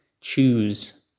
choose